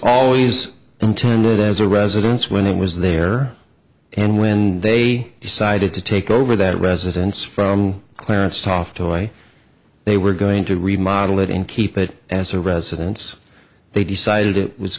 always intended as a residence when it was there and when they decided to take over that residence from clarence top to the way they were going to remodel it and keep it as a residence they decided it was